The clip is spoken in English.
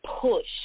push